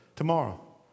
Tomorrow